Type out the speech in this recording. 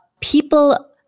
people